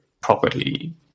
properly